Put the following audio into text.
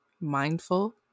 mindful